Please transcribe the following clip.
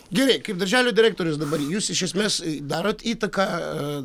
gerai kaip darželio direktorius dabar jūs iš esmės darot įtaką